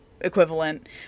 equivalent